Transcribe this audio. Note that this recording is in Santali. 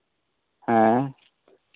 ᱦᱮᱸ